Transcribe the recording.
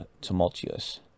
tumultuous